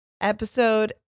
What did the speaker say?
episode